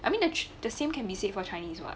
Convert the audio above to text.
I mean the the same can be said for chinese [what]